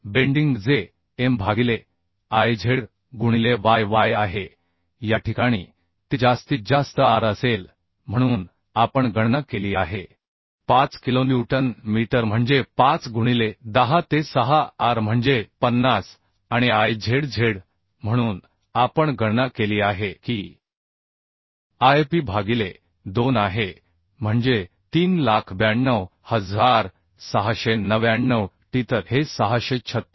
bending जे M भागिले Iz गुणिले Y Y आहे या ठिकाणी ते जास्तीत जास्त r असेल म्हणून आपण गणना केली आहे 5 किलोन्यूटन मीटर म्हणजे 5 गुणिले 10 ते 6 r म्हणजे 50 आणि Izz म्हणून आपण गणना केली आहे की Ip भागिले 2 आहे म्हणजे 392699 t तर हे 636